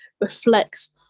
reflects